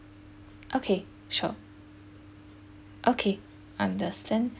okay sure okay understand